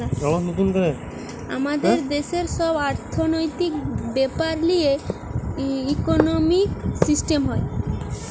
আমাদের দেশের সব অর্থনৈতিক বেপার লিয়ে ইকোনোমিক সিস্টেম হয়